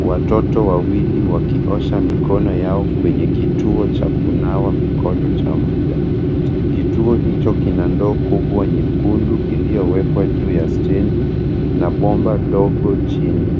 Watoto wawili wakiosha mikono yao kwenye kituo cha kunawa mikono cha muda. Kituo hicho kina ndoo kubwa nyekundu iliyowekwa juu ya stendi na bomba dogo chini.